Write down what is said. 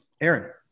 Aaron